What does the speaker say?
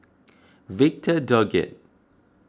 Victor Doggett